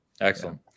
Excellent